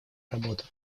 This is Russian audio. работу